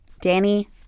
Danny